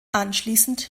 anschließend